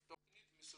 מסודרת.